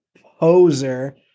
poser